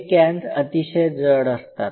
हे कॅन्स अतिशय जड असतात